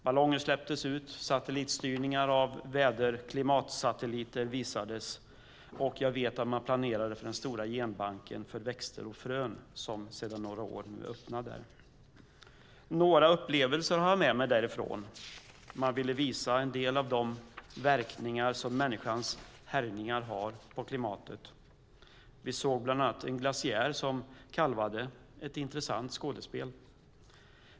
Ballonger släpptes ut och satellitstyrningar av väder och klimatsatelliter visades. Jag vet också att man planerade för den stora genbanken för växter och frön, som öppnades där för några år sedan. Några upplevelser har jag med mig därifrån. Man ville visa en del av de verkningar människans härjningar har på klimatet. Vi såg bland annat en glaciär som kalvade, ett intressant skådespel.